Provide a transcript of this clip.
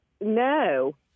no